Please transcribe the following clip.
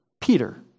Peter